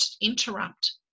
interrupt